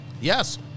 Yes